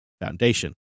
Foundation